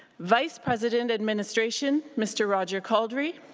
vice-president, administration mr. roger couldrey.